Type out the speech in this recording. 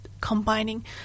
combining